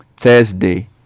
thursday